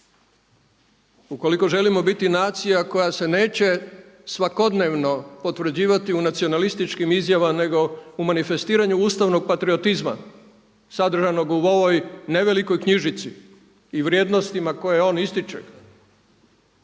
ukoliko želimo biti nacija koja se neće svakodnevno potvrđivati u nacionalističkim izjavama nego u mandifestiranju ustavnog patriotizma sadržajnog u ovoj nevelikoj knjižici i vrijednostima koje on ističe